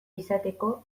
izateko